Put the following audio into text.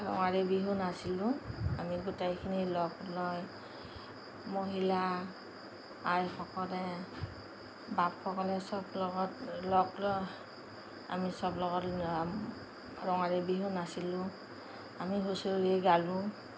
ৰঙালী বিহু নাছিলোঁ আমি গোটেইখিনি লগ লয় মহিলা আইসকলে বাপসকলে চব লগত লগ লয় আমি চব লগত ৰঙালী বিহু নাছিলোঁ আমি হুঁচৰি গালোঁ